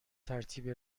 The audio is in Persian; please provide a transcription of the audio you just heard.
ترتیب